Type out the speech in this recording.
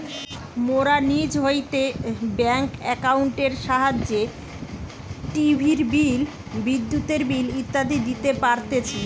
মোরা নিজ হইতে ব্যাঙ্ক একাউন্টের সাহায্যে টিভির বিল, বিদ্যুতের বিল ইত্যাদি দিতে পারতেছি